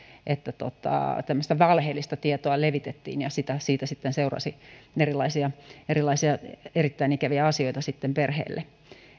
että tämmöistä valheellista tietoa levitettiin ja siitä sitten seurasi erilaisia erilaisia erittäin ikäviä asioita perheelle